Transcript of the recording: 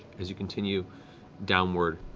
as you continue downward.